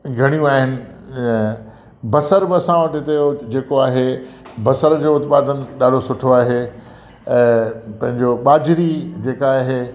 घणियूं आहिनि बसर बि असां वटि इते जो जेको आहे बसरि जो उत्पादन ॾाढो सुठो आहे ऐं पंहिंजो बाजरी जेका आहे